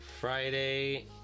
Friday